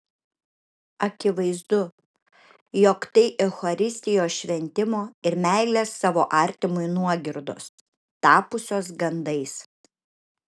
akivaizdu jog tai eucharistijos šventimo ir meilės savo artimui nuogirdos tapusios gandais